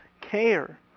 care